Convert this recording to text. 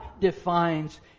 defines